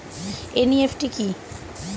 NEFT কি?